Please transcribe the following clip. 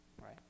right